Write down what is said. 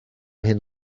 hyn